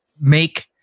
make